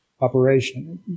Operation